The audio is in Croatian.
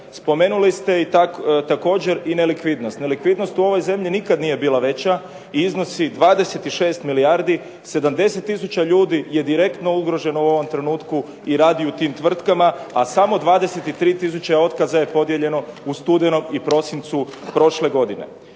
Spomenuli ste i također nelikvidnost. Nelikvidnost u ovoj zemlji nikad nije bila veća i iznosi 26 milijardi. 70000 ljudi je direktno ugroženo u ovom trenutku i radi u tim tvrtkama, a samo 23000 otkaza je podijeljeno u studenom i prosincu prošle godine.